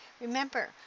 Remember